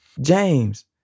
James